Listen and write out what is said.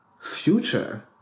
future